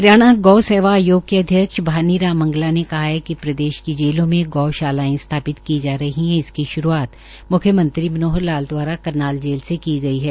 हरियाणा गौ सेवा आयोग के अध्यक्ष भानी राम मंगला ने कहा कि प्रदेश की जेलों में गौशालाएं स्थापित की जा रही हैं और इसकी श्रूआत मुख्यमंत्री मनोहर लाल द्वारा करनाल जेल से की गई है